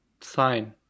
sign